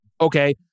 okay